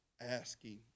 asking